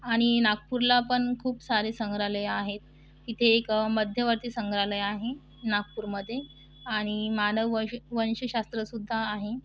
आणि नागपूरला पण खूप सारे संग्रहालय आहेत तिथे एक मध्यवर्ती संग्रहालय आहे नागपूरमध्ये आणि मानववंश वंशशास्त्र सुद्धा आहे